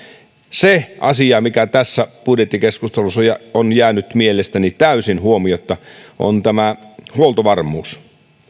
se asia mikä tässä budjettikeskustelussa on jäänyt mielestäni täysin huomiotta on huoltovarmuus